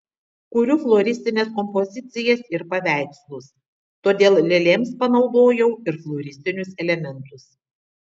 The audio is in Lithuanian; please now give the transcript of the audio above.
kuriu floristines kompozicijas ir paveikslus todėl lėlėms panaudojau ir floristinius elementus